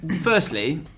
firstly